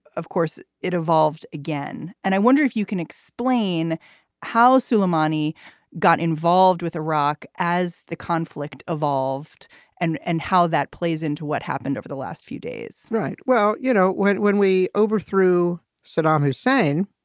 of course, it evolved again. and i wonder if you can explain how suleimani got involved with iraq as the conflict evolved and and how that plays into what happened over the last few days right. well, you know, when when we overthrew saddam hussein,